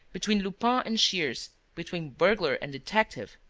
between lupin and shears, between burglar and detective,